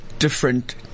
Different